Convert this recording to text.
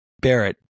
Barrett